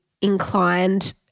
inclined